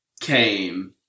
came